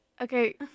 Okay